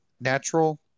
natural